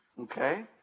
Okay